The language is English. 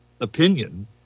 opinion